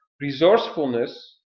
resourcefulness